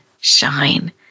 shine